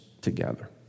together